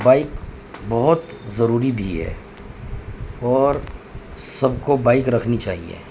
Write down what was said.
bike بہت ضروری بھی ہے اور سب کو بائک رکھنی چاہیے